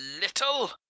little